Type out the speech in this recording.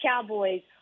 cowboys